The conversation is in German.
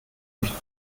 nicht